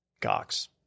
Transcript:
Gox